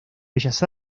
bellas